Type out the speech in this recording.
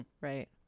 right